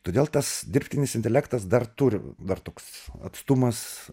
todėl tas dirbtinis intelektas dar turi dar toks atstumas